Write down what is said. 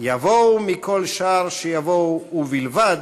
"יבואו מכל שער שיבואו, ובלבד